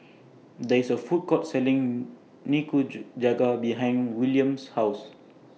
There IS A Food Court Selling Nikujaga behind Willam's House